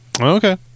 Okay